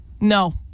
No